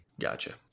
Gotcha